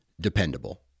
dependable